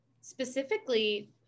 specifically